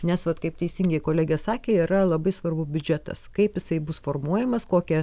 nes vat kaip teisingai kolegė sakė yra labai svarbu biudžetas kaip jisai bus formuojamas kokią